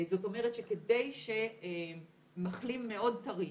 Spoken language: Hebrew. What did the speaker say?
זאת אומרת שכדי מחלים מאוד טרי,